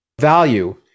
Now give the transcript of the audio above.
Value